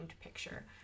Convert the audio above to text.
picture